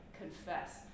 confess